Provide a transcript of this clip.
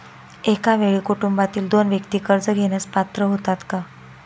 एका वेळी कुटुंबातील दोन व्यक्ती कर्ज घेण्यास पात्र होतात का?